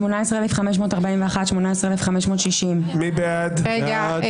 18,261 עד 18,280. מי בעד?